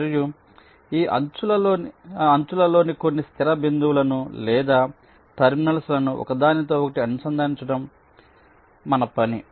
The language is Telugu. మరియు ఈ అంచులలోని కొన్ని స్థిర బిందువులను లేదా టెర్మినల్లను ఒకదానితో ఒకటి అనుసంధానించడం మన పని